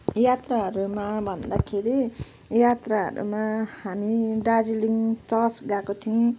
यात्राहरूमा भन्दाखेरि यात्राहरूमा हामी दार्जिलिङ चर्च गएको थियौँ